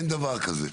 אין דבר כזה.